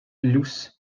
luce